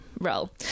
role